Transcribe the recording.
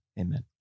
Amen